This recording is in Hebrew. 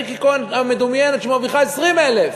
לריקי כהן המדומיינת שמרוויחה 20,000 שקל.